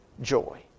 joy